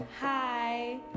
hi